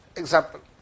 example